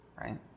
right